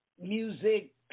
music